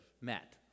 met